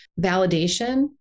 validation